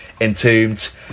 entombed